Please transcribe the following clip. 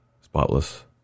spotless